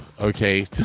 okay